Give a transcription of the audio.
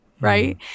right